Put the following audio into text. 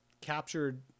captured